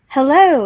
Hello